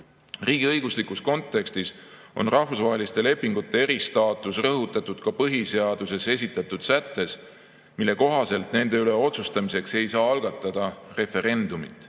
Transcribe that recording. Riigiõiguslikus kontekstis on rahvusvaheliste lepingute eristaatus rõhutatud ka põhiseaduses esitatud sättes, mille kohaselt ei saa nende üle otsustamiseks algatada referendumit.